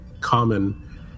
common